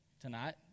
tonight